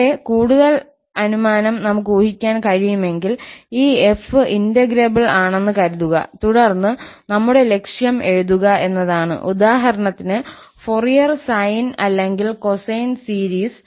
ഇവിടെ കൂടുതൽ അനുമാനം നമുക്ക് ഊഹിക്കാൻ കഴിയുമെങ്കിൽ ഈ 𝑓 ഇന്റഗ്രേബ്ൾ ആണെന്ന് കരുതുക തുടർന്ന് ഞങ്ങളുടെ ലക്ഷ്യം എഴുതുക എന്നതാണ് ഉദാഹരണത്തിന് ഫോറിയർ സൈൻ അല്ലെങ്കിൽ കൊസൈൻ സീരീസ്